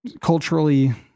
culturally